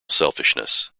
selfishness